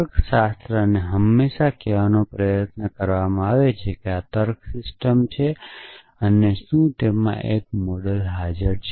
તર્કશાસ્ત્રને હંમેશા કહેવાનો પ્રયાસ કરવામાં આવે છે કે આ તર્ક સિસ્ટમ છે અને શું તેમાં એક મોડેલ છે